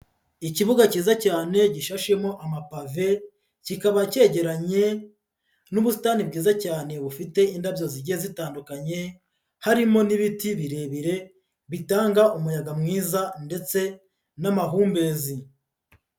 Ikibuga cyiza cyane gishashemo amapave, kikaba cyegeranye n'ubusitani bwiza cyane bufite indabyo zigiye zitandukanye, harimo n'ibiti birebire bitanga umuyaga mwiza ndetse n'amahumbezi.